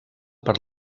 per